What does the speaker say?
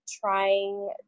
trying